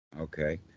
okay